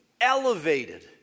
elevated